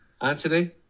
Anthony